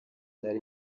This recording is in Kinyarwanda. nari